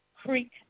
Creek